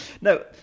No